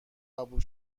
قبول